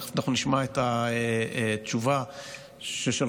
תכף נשמע את התשובה ששלחו,